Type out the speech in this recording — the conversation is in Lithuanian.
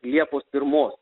liepos pirmos